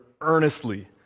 earnestly